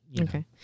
Okay